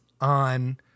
on